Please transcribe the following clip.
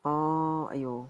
oh !aiyo!